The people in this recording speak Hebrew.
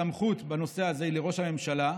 הסמכות בנושא הזה היא לראש הממשלה,